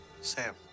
Sam